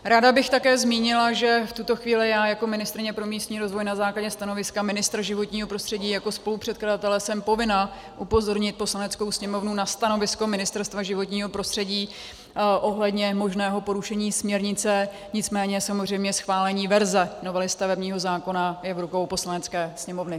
Ráda bych také zmínila, že v tuto chvíli já jako ministryně pro místní rozvoj na základě stanoviska ministra životního prostředí jako spolupředkladatele jsem povinna upozornit Poslaneckou sněmovnu na stanovisko Ministerstva životního prostředí ohledně možného porušení směrnice, nicméně samozřejmě schválení verze novely stavebního zákona je v rukou Poslanecké sněmovny.